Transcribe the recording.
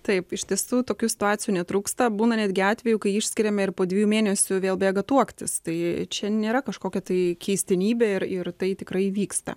taip iš tiesų tokių situacijų netrūksta būna netgi atvejų kai išskiriame ir po dviejų mėnesių vėl bėga tuoktis tai čia nėra kažkokia tai keistenybė ir ir tai tikrai vyksta